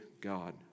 God